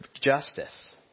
justice